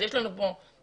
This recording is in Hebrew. אז יש לנו פה פלטפורמה,